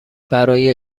برای